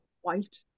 white